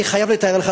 אני חייב לתאר לך,